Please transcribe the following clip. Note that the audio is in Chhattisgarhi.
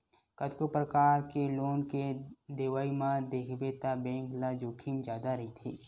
कतको परकार के लोन के देवई म देखबे त बेंक ल जोखिम जादा रहिथे